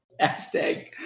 Hashtag